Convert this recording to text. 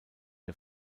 der